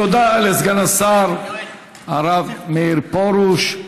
תודה לסגן השר הרב מאיר פרוש,